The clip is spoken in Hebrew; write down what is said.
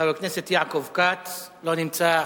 חבר הכנסת יעקב כץ, לא נמצא.